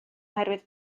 oherwydd